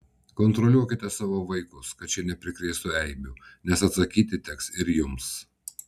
kontroliuokite savo vaikus kad šie neprikrėstų eibių nes atsakyti teks ir jums